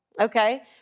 okay